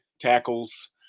tackles